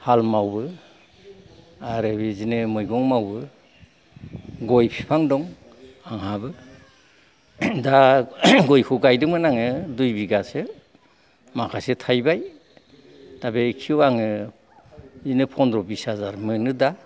हाल मावो आरो बिदिनो मैगं मावो गय बिफां दं आंहाबो दा गयखौ गायदोंमोन आङो दुइ बिगासो माखासे थायबाय दा बिखौ आङो बिदिनो पन्द्र बिस हाजार मोनो दा